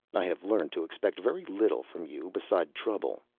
i have learned to expect very little from you beside trouble.